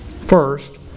First